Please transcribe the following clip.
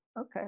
Okay